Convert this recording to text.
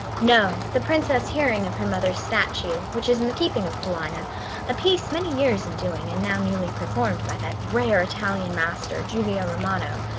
no the princess hearing of her mother's statue, which is in the keeping of paulina a piece many years in doing and now newly performed by that rare italian master, julio romano,